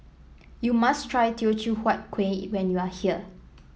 you must try Teochew Huat Kuih when you are here